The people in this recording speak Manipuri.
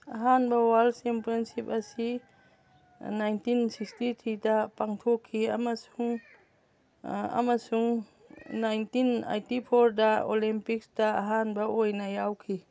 ꯑꯍꯥꯟꯕ ꯋꯥꯔꯜ ꯆꯦꯝꯄꯤꯌꯟꯁꯤꯞ ꯑꯁꯤ ꯅꯥꯏꯟꯇꯤꯟ ꯁꯤꯛꯁꯇꯤ ꯊ꯭ꯔꯤꯗ ꯄꯥꯡꯊꯣꯛꯈꯤ ꯑꯃꯁꯨꯡ ꯑꯃꯁꯨꯡ ꯅꯥꯏꯟꯇꯤꯟ ꯑꯥꯏꯇꯤ ꯐꯣꯔꯗ ꯑꯣꯂꯦꯝꯄꯤꯛꯁꯇ ꯑꯍꯥꯟꯕ ꯑꯣꯏꯅ ꯌꯥꯎꯈꯤ